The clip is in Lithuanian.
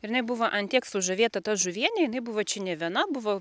ir jinai buvo ant tiek sužavėta ta žuviene jinai buvo čia ne viena buvo